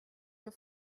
your